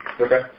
Okay